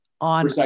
on-